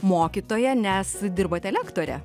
mokytoja nes dirbate lektore